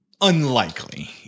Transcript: unlikely